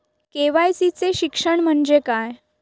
KYC चे शिक्षण म्हणजे काय?